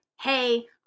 hey